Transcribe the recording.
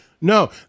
No